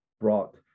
brought